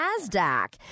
NASDAQ